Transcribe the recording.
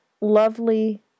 lovely